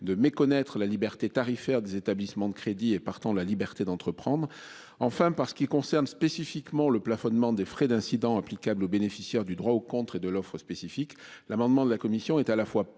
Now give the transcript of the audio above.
de méconnaître la liberté tarifaire des établissements de crédit et partant la liberté d'entreprendre. Enfin par qui concerne spécifiquement le plafonnement des frais d'incident applicable aux bénéficiaires du droit au contre et de l'offre spécifique. L'amendement de la commission est à la fois plus